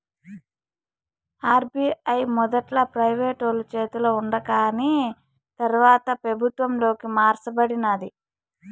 RBI మొదట్ల ప్రైవేటోలు చేతల ఉండాకాని తర్వాత పెబుత్వంలోకి మార్స బడినాది